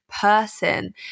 person